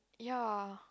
ya